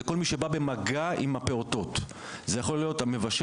זה כל מי שבא במגע עם הפעוטות זה יכול להיות המבשלת,